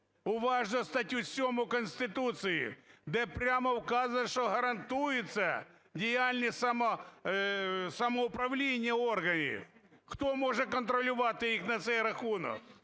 уважно статтю 7 Конституції, де прямо вказано, що гарантується діяльність самоуправління органів. Хто може контролювати їх на цей рахунок?